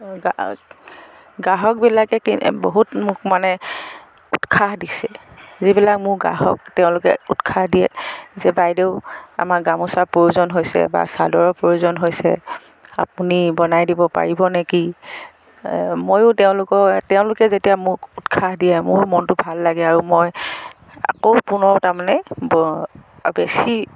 গ্ৰাহকবিলাকে বহুত মোক মানে উৎসাহ দিছে যিবিলাক মোৰ গ্ৰাহক তেওঁলোকে উৎসাহ দিয়ে যে বাইদেউ আমাৰ গামোচা প্ৰয়োজন হৈছে বা চাদৰৰ প্ৰয়োজন হৈছে আপুনি বনাই দিব পাৰিব নেকি মইয়ো তেওঁলোকক তেওঁলোকে যেতিয়া মোক উৎসাহ দিয়ে মোৰো মনটো ভাল লাগে আৰু মই আকৌ পুনৰ তাৰমানে বেছি